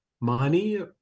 money